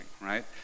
right